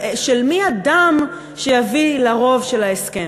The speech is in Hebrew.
של מי הדם שיביא לרוב לגבי ההסכם.